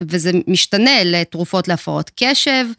וזה משתנה לתרופות להפרעות קשב.